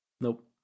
Nope